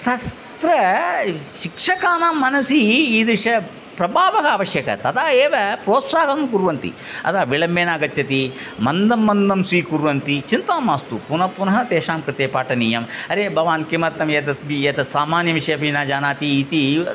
तत्र शिक्षकानां मनसि ईदृशः प्रभावः आवश्यकः तदा एव प्रोत्साहनं कुर्वन्ति अतः विलम्बेन आगच्छति मन्दं मन्दं स्वीकुर्वन्ति चिन्ता मास्तु पुन पुनः तेषां कृते पाठनीयम् अरे भवान् किमर्थम् एतत् बि एतत् सामान्यविषयपि न जानाति इति